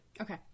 Okay